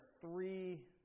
three